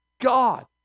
God